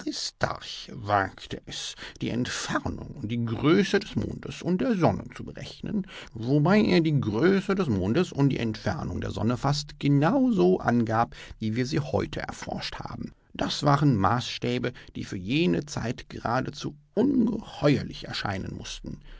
wagte es die entfernung und größe des mondes und der sonne zu berechnen wobei er die größe des mondes und die entfernung der sonne fast genau so angab wie wir sie heute erforscht haben das waren maßstäbe die für jene zeiten geradezu ungeheuerlich erscheinen mußten